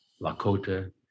Lakota